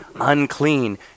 unclean